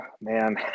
man